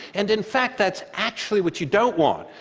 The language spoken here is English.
and in fact that's actually what you don't want.